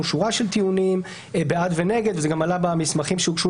שורה של טיעונים בעד ונגד וזה גם עלה במסמכים שהוגשו